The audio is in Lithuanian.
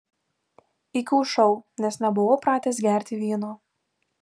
įkaušau nes nebuvau pratęs gerti vyno